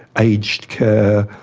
aged care,